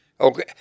Okay